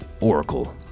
Oracle